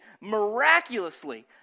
miraculously